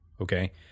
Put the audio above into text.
okay